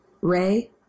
Ray